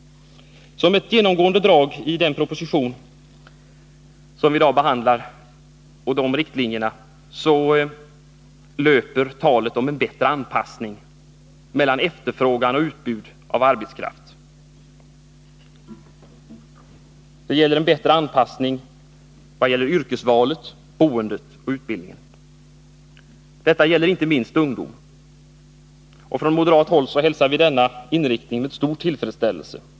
Som ett genomgående drag i den proposition som vi i dag behandlar och riktlinjerna där löper talet om en bättre anpassning mellan efterfrågan och utbudet av arbetskraft. Det gäller en bättre anpassning beträffande yrkesval, boende och utbildning. Detta gäller inte minst ungdomen. Från moderat håll hälsar vi denna inriktning med stor tillfredsställelse.